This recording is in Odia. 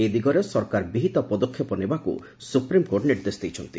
ଏ ଦିଗରେ ସରକାର ବିହିତ ପଦକ୍ଷେପ ନେବାକୁ ସୁପ୍ରିମ୍କୋର୍ଟ ନିର୍ଦ୍ଦେଶ ଦେଇଛନ୍ତି